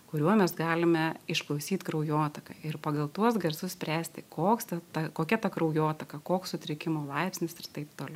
kuriuo mes galime išklausyt kraujotaką ir pagal tuos garsus spręsti koks ta ta kokia ta kraujotaka koks sutrikimo laipsnis ir taip toliau